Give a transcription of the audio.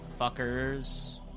fuckers